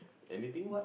anything